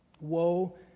woe